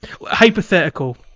Hypothetical